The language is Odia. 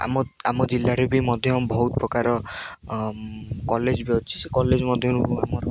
ଆମ ଆମ ଜିଲ୍ଲାରେ ବି ମଧ୍ୟ ବହୁତ ପ୍ରକାର କଲେଜ ବି ଅଛି ସେ କଲେଜ ମଧ୍ୟରୁ ଆମର